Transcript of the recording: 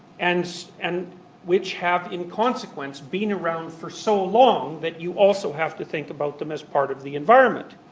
and and which have in consequence been around for so long that you also have to think about them as part of the environment,